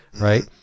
right